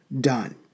done